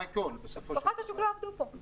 כוחות השוק יעבדו כאן.